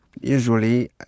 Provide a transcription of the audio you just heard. usually